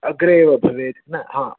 अग्रे एव भवेत् न हा